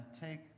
take